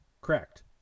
Correct